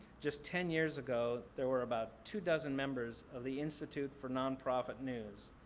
just ten years ago, there were about two dozen members of the institute for nonprofit news.